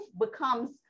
becomes